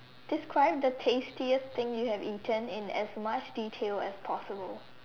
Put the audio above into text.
describe the tastiest thing you have eaten in as much detail as possible